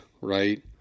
Right